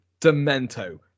Demento